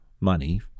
money